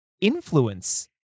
influence